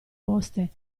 poste